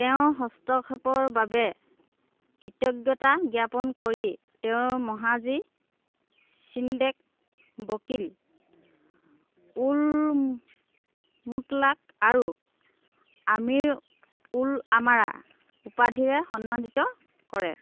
তেওঁৰ হস্তক্ষেপৰ বাবে কৃতজ্ঞতা জ্ঞাপন কৰি তেওঁ মহাজী শ্বিণ্ডেক বকিল উল মুতলাক আৰু আমিৰ উল আমাৰা উপাধিৰে সন্মানিত কৰে